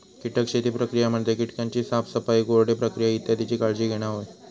कीटक शेती प्रक्रिया म्हणजे कीटकांची साफसफाई, कोरडे प्रक्रिया इत्यादीची काळजी घेणा होय